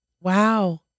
Wow